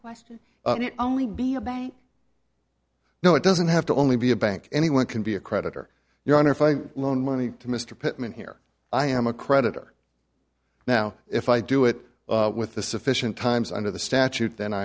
question and it only be a bank no it doesn't have to only be a bank anyone can be a creditor your honor if i loan money to mr pitman here i am a creditor now if i do it with the sufficient times under the statute then